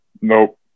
Nope